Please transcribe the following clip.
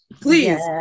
Please